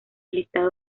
listado